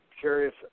curious